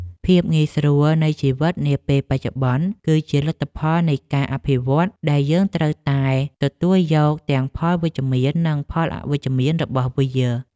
ភាពងាយស្រួលនៃជីវិតនាពេលបច្ចុប្បន្ន គឺជាលទ្ធផលនៃការអភិវឌ្ឍដែលយើងត្រូវតែទទួលយកទាំងផលវិជ្ជមាននិងផលអវិជ្ជមានរបស់វា។